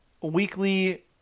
weekly